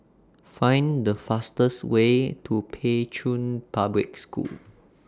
Find The fastest Way to Pei Chun Public School